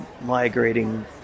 migrating